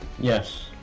Yes